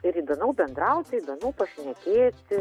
ir įdomiau bendrauti įdomiau pašnekėti